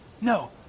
No